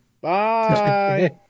bye